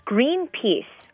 Greenpeace